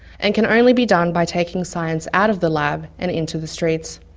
and can only be done by taking science out of the lab and into the streets.